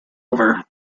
over